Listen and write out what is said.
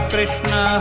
Krishna